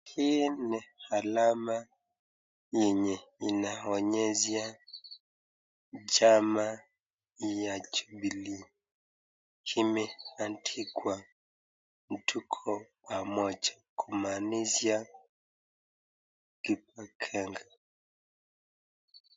Hii ni alama yenye inaonyesha chama ya jubilee imeandikiwa tuko pamoja kumaanisha tuko gangari.